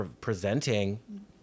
presenting